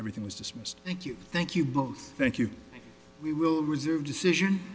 everything was dismissed thank you thank you both thank you we will reserve decision